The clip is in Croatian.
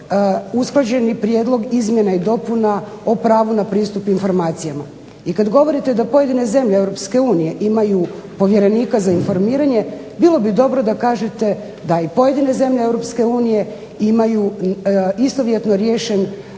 usklađeni prijedlog izmjena i dopuna o pravu na pristup informacijama. I kada govorite da pojedine zemlje EU imaju povjerenika za informiranje, bilo bi dobro da kažete da i pojedine zemlje EU imaju istovjetno riješeno